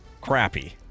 crappy